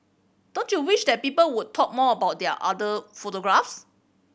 don't you wish that people would talk more about other photographs